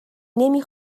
نمی